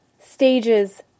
stages